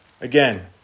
again